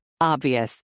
Obvious